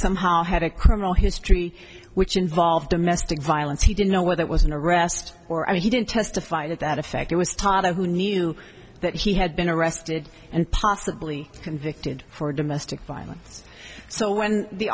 somehow had a criminal history which involved domestic violence he didn't know whether it was an arrest or i mean he didn't testify to that effect i was taught a who knew that he had been arrested and possibly convicted for domestic violence so when the